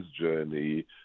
journey